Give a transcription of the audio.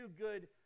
good